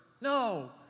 No